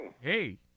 Hey